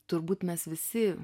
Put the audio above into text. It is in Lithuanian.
turbūt mes visi